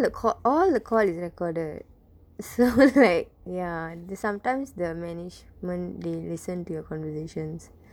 the call all the call is recorded so like ya sometimes the management they listen to your conversations